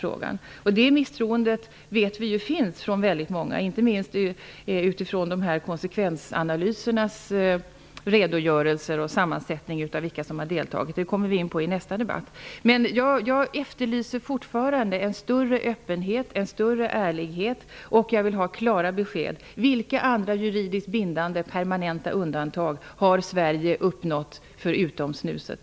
Vi vet att det misstroendet finns hos många, inte minst med utgångspunkt i redogörelserna av konsekvensanalyserna och sammansättningen av vilka som har deltagit. Vi kommer in på de frågorna i nästa debatt. Jag efterlyser fortfarande en större öppenhet och en större ärlighet. Jag vill ha klara besked: Vilka andra permanenta och juridiskt bindande undantag har Sverige uppnått förutom för snuset?